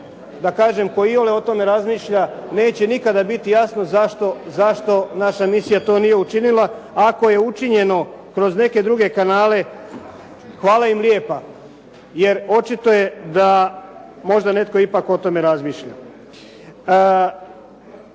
da kažem ko iole o tome razmišlja neće nikada biti jasno zašto naša misija to nije učinila. Ako je učinjeno kroz neke druge kanale hvala im lijepa. Jer očito je da možda netko ipak o tome razmišlja.